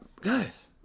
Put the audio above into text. guys